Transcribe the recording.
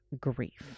grief